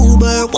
Uber